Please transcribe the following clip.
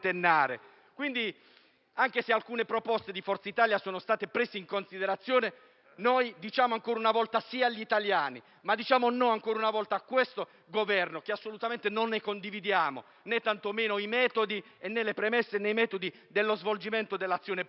Anche se alcune proposte di Forza Italia sono state prese in considerazione, noi diciamo ancora una volta sì agli italiani, ma diciamo no, ancora una volta, a questo Governo perché assolutamente non ne condividiamo né le premesse, né tantomeno i metodi di svolgimento dell'azione politica.